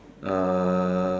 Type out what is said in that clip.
uh